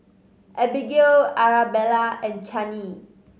Abigail Arabella and Chanie